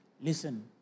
listen